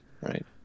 right